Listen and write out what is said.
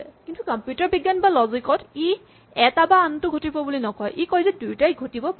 কিন্তু কম্পিউটাৰ বিজ্ঞান বা লজিক ত ই এটা বা আনটো ঘটিব বুলি নকয় ই কয় যে দুয়োটাই ঘটিব পাৰে